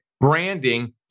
branding